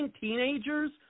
teenagers